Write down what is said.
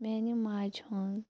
میٛانہِ ماجہِ ہُنٛد